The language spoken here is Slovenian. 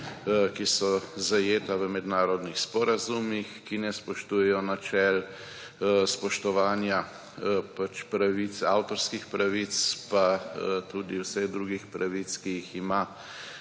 ki so zajeta v mednarodnih sporazumih, ki ne spoštujejo načel spoštovanja avtorskih pravic, pa tudi vseh drugih pravic, ki jih ima